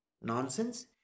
nonsense